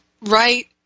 right